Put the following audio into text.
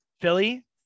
Philly